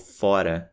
fora